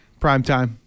Primetime